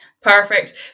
Perfect